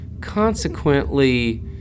consequently